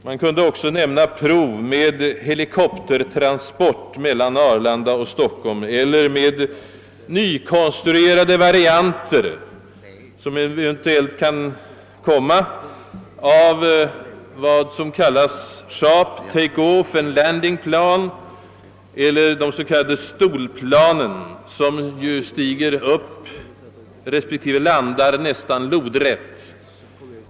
Man kunde också nämna prov med helikoptertransport mellan Arlanda och Stockholm eller med nykonstruerade varianter, som eventuellt kan komma, av vad som kallas Sharp take-off and landing plane eller de s.k. STOL planen, som ju stiger upp respektive landar nästan lodrätt.